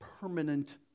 permanent